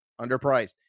Underpriced